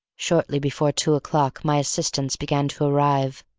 shortly before two o'clock my assistants began to arrive.